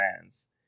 fans